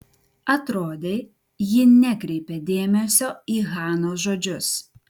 atrodė ji nekreipia dėmesio į hanos žodžius